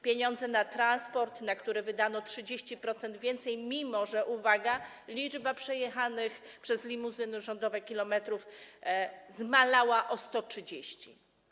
Pieniądze na transport, na który wydano 30% więcej, mimo że liczba przejechanych przez limuzyny rządowe kilometrów, uwaga, zmalała o 130.